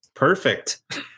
Perfect